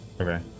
Okay